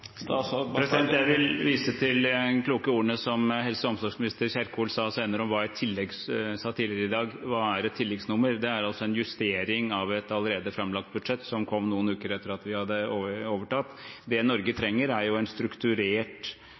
Jeg vil vise til de kloke ordene som helse- og omsorgsminister Kjerkol sa tidligere i dag om hva et tilleggsnummer er. Det er altså en justering av et allerede framlagt budsjett som kom noen uker etter at vi hadde overtatt. Det Norge trenger, er en strukturert